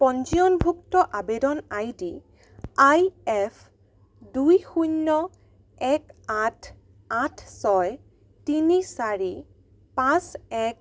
পঞ্জীয়নভুক্ত আবেদন I D I F দুই শূন্য এক আঠ আঠ ছয় তিনি চাৰি পাঁচ এক